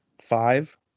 Five